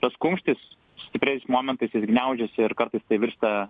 tas kumštis stipriais momentais jis gniaužiasi ir kartais tai virsta